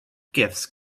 gifts